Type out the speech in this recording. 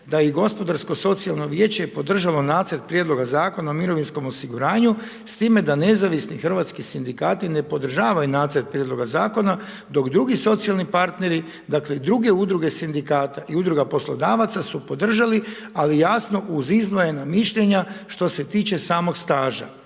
je i Gospodarsko-socijalno vijeće podržalo Nacrt prijedloga zakona o mirovinskom osiguranju s time da Nezavisni hrvatski sindikati ne podržavaju Nacrt prijedloga zakona dok drugi socijalni partneri dakle i druge udruge sindikata i Udruga poslodavaca su podržali, ali jasno uz izdvojena mišljenja što se tiče samog staža.